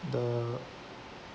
the